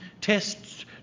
Tests